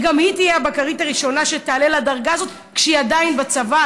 והיא תהיה הבקרית הראשונה שתעלה לדרגה הזאת כשהיא עדיין בצבא,